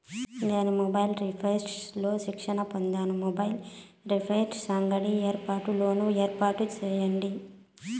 నేను mobiles repairs లో శిక్షణ పొందాను, మొబైల్ రిపైర్స్ అంగడి ఏర్పాటుకు లోను ఏర్పాటు సేయండి?